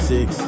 Six